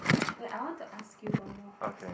like I want to ask you one more first